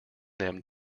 them